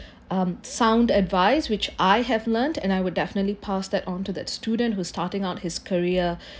um sound advice which I have learnt and I would definitely pass that onto that student who's starting on his career